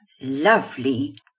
lovely